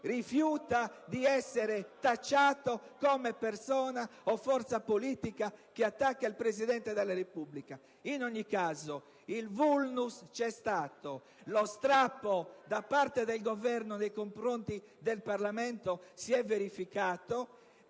rifiuta di essere tacciato come persona o forza politica che attacca il Presidente della Repubblica. In ogni caso, il *vulnus* c'è stato, lo strappo da parte del Governo nei confronti del Parlamento si è verificato